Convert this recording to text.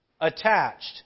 attached